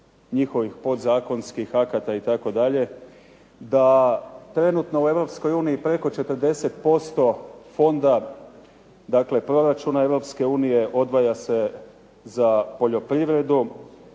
njihovih podzakonskih akata itd., da trenutno u Europskoj uniji preko 40% fonda, dakle proračuna Europske unije odvaja se za poljoprivredu.